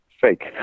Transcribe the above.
fake